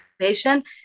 patient